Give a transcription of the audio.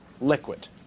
liquid